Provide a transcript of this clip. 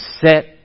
set